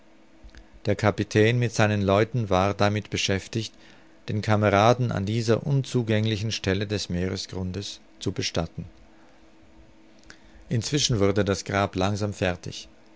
der kapitän mit seinen leuten war damit beschäftigt den kameraden an dieser unzugänglichen stelle des meeresgrundes zu bestatten inzwischen wurde das grab langsam fertig